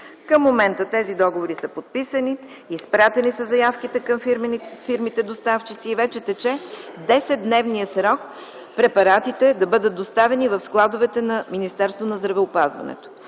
Към момента тези договори са подписани, изпратени са заявките към фирмите-доставчици и вече тече 10-дневният срок препаратите да бъдат доставени в складовете на Министерството на здравеопазването.